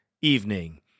evening